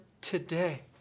today